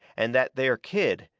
and that there kid,